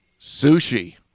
Sushi